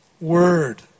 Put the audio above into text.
word